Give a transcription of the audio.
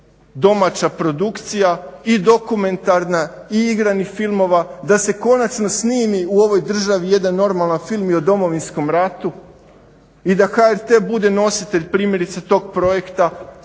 domaća produkcija i dokumentarna i igranih filmova, da se konačno snimi u ovoj državi jedan normalan film i o Domovinskom ratu i da HRT bude nositelj primjerice tog projekta